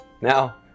Now